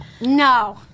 No